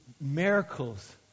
miracles